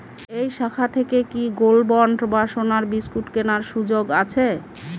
এই শাখা থেকে কি গোল্ডবন্ড বা সোনার বিসকুট কেনার সুযোগ আছে?